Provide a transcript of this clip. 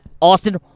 Austin